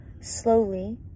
slowly